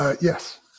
Yes